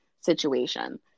situation